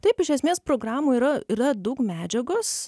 taip iš esmės programoj yra yra daug medžiagos